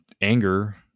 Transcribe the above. anger